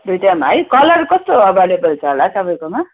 दुईवटामा है कलर कस्तो अभाइलेबल छ होला तपाईँकोमा